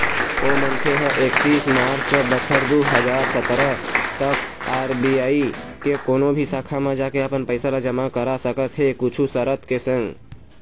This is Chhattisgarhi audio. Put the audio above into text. ओ मनखे ह एकतीस मार्च बछर दू हजार सतरा तक आर.बी.आई के कोनो भी शाखा म जाके अपन पइसा ल जमा करा सकत हे कुछ सरत के संग